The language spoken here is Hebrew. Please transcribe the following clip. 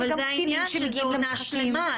אבל זה העניין, שזה עונה שלימה.